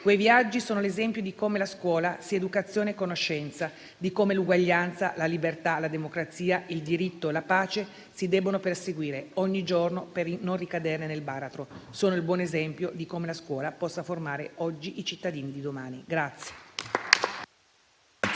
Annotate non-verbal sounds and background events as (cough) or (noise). Quei viaggi sono l'esempio di come la scuola sia educazione e conoscenza, di come l'uguaglianza, la libertà, la democrazia, il diritto e la pace si devono perseguire ogni giorno per non ricadere nel baratro. Sono il buon esempio di come la scuola possa formare oggi i cittadini di domani. (applause)